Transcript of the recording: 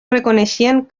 reconeixien